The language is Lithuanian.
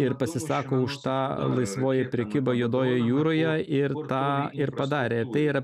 ir pasisako už tą laisvoji prekyba juodojoje jūroje ir tą ir padarė tai yra